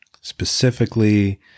specifically